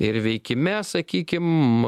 ir veikime sakykim